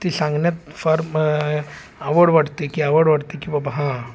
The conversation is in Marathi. ते सांगण्यात फार मग आवड वाटते की आवड वाटते की बाबा हां